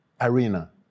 arena